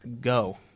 go